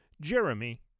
Jeremy